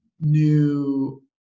new